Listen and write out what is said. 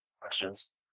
questions